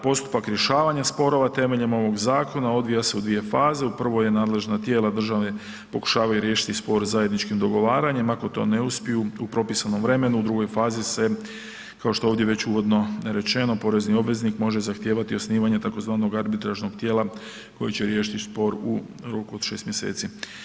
Postupak rješavanja sporova temeljem ovog zakona odvija se u dvije, u prvoj je nadležna tijela države pokušavaju riješiti spor zajedničkim dogovaranjem, ako to ne uspiju u propisanom vremenu, u drugoj fazi se kao što je ovdje već uvodno rečeno, porezni obveznik može zahtijevati osnivanje tzv. arbitražnog tijela koje će riješiti spor u roku od 6 mjeseci.